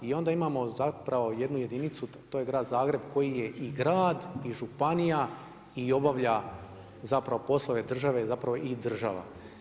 I onda imamo zapravo jednu jedinicu a to je grad Zagreb koji je i grad i županija i obavlja zapravo poslove države, zapravo i država.